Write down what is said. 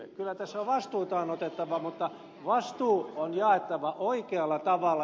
kyllä tässä vastuuta on otettava mutta vastuu on jaettava oikealla tavalla